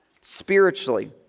spiritually